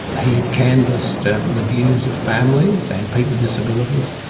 he had canvassed and the views of families and people with disabilities,